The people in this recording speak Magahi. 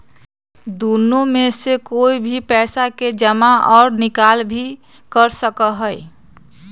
दुन्नो में से कोई भी पैसा के जमा और निकाल भी कर सका हई